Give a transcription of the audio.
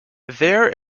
there